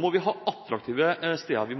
må vi ha attraktive steder,